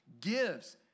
gives